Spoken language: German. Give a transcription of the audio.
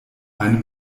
einem